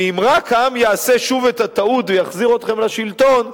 ואם רק העם יעשה שוב את הטעות ויחזיר אתכם לשלטון,